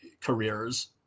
careers